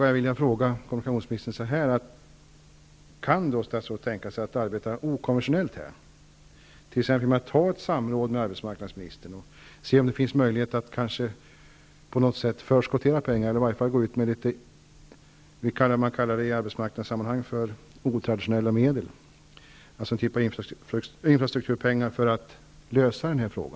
Jag vill då fråga: Kan statsrådet tänka sig att arbeta okonventionellt, t.ex. genom att ta ett samtal med arbetsmarknadsministern och se om det finns möjlighet att på något sätt förskottera pengar eller i varje fall gå ut med vad som i arbetsmarknadssammanhang kan kallas otraditionella medel, alltså sätta in någon typ av infrastrukturpengar för att åtgärda detta?